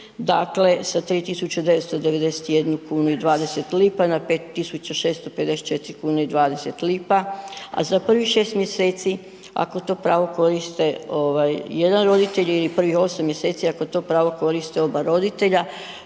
dakle sa 3.991,20 kunu na 5.654,20 kuna, a za prvih 6 mjeseci ako to pravo koriste ovaj jedan roditelj ili prvih 8 mjeseci ako to pravo koriste oba roditelja